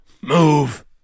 Move